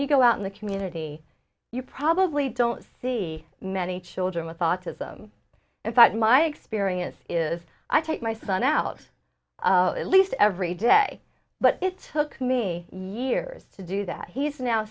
you go out in the community you probably don't see many children with autism in fact my experience is i take my son out at least every day but it took me many years to do that he's now